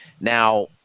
Now